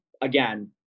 Again